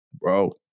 bro